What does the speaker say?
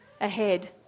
ahead